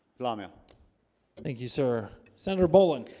lamia thank you, sir senator boland.